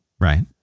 right